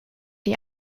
die